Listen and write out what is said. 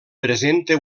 presenta